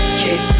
kick